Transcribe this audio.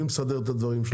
מי מסדר את הדברים שלהם?